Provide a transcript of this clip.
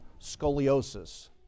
scoliosis